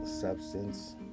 substance